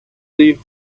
leave